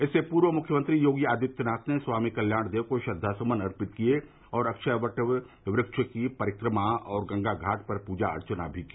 इससे पूर्व मुख्यमंत्री योगी आदित्यनाथ ने स्वामी कल्याण देव को श्रद्वासुमन अर्पित किये और अक्षय वट वृक्ष की परिक्रमा और गंगा घाट पर पूजा अर्चना भी की